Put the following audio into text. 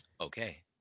Okay